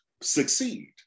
succeed